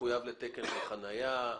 מחויב לתקן של חניה.